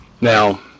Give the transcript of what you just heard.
Now